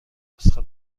نسخه